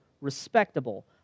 respectable